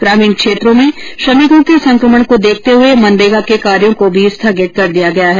ग्रामीण क्षेत्रों में श्रमिकों के संक्रमण को देखते हुए मनरेगा के कार्यो को भी स्थगित कर दिया गया है